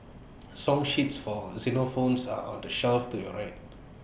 song sheets for xylophones are on the shelf to your right